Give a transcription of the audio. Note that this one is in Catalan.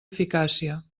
eficàcia